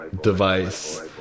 device